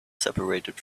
separated